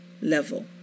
level